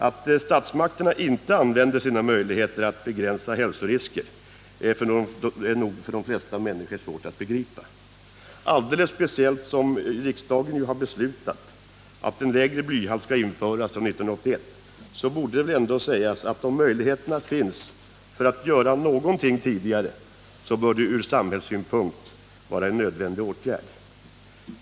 Att statsmakterna inte använder sina möjligheter att begränsa hälsorisker är nog för de flesta människor svårt att begripa. Speciellt mot bakgrund av att riksdagen har beslutat att bestämmelser om en lägre blyhalt skall införas fr.o.m. 1981 borde det väl ändå sägas, att om möjligheter finns att göra någonting tidigare, så är det ur samhällssynpunkt en nödvändig åtgärd.